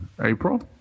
April